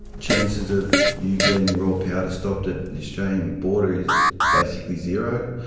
chances of you getting raw powder stopped at the australian border is basically zero.